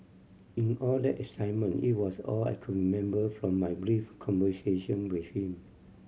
in all that excitement it was all I could remember from my brief conversation with him